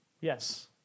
Yes